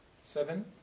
Seven